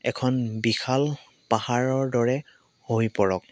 এখন বিশাল পাহাৰৰ দৰে হৈ পৰক